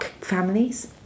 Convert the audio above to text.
families